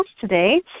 today